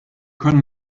können